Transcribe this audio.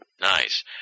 Nice